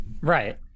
Right